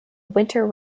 winter